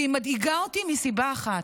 והיא מדאיגה אותי מסיבה אחת,